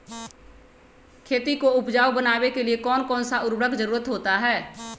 खेती को उपजाऊ बनाने के लिए कौन कौन सा उर्वरक जरुरत होता हैं?